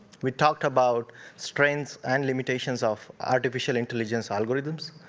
we talked about strengths and limitations of artificial intelligence algorithms.